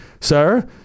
sir